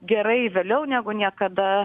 gerai vėliau negu niekada